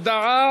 57 בעד,